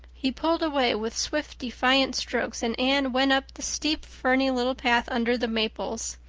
he pulled away with swift defiant strokes, and anne went up the steep ferny little path under the maples.